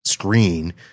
Screen